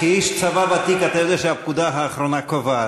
כאיש צבא ותיק אתה יודע שהפקודה האחרונה קובעת,